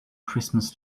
christmas